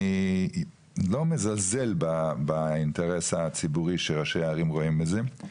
אני לא מזלזל באינטרס הציבורי שראשי הערים רואים בזה.